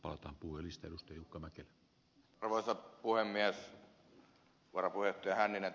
varapuheenjohtaja hänninen tässä jo totesi että ed